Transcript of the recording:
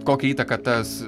kokią įtaką tas